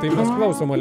taip pasklausom